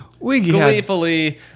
gleefully